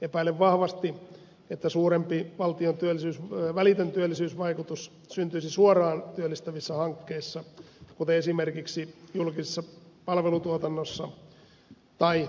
epäilen vahvasti että suurempi välitön työllisyysvaikutus syntyisi suoraan työllistävissä hankkeissa kuten esimerkiksi julkisessa palvelutuotannossa tai investoinneissa